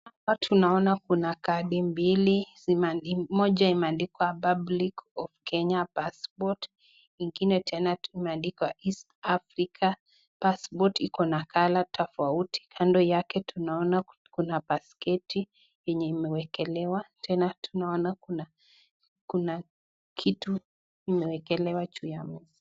Hapa tunaona kuna kadi mbili. Moja imeandikwa [Republic of Kenya Passport]. Ingine tena imeandikwa East Africa. Pasipoti iko na [color] tofauti. Kando yake tunaona kuna [busket] yenye imeekelewa. Tena tunaona kuna kitu kimeekelewa juu yake.